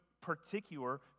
particular